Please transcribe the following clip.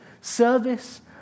service